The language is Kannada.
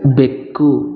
ಬೆಕ್ಕು